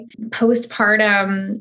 postpartum